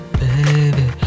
baby